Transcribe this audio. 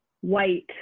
white